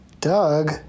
Doug